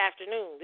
afternoon